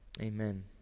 amen